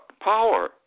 power